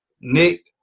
Nick